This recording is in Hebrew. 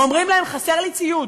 או אומרים להם: חסר לי ציוד.